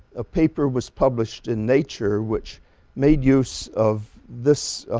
a paper was published in nature which made use of this